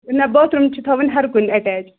نہ باتھروٗم چھِ تھاوٕنۍ ہَر کُنہِ اَٹیچ